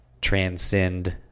transcend